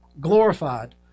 glorified